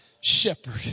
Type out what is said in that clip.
shepherd